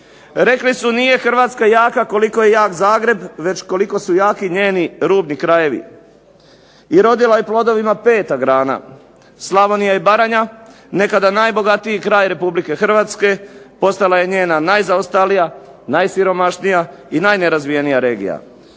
Rekli su nije Hrvatska jaka koliko je jak Zagreb već koliko su jaki njeni rubni krajevi. I rodila je plodovima peta grana Slavonija i Baranja, nekada najbogatiji kraj Republike Hrvatske postala je njena najzaostalija, najsiromašnija i najnerazvijenija regija.